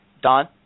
Don